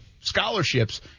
scholarships